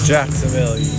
Jacksonville